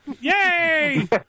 Yay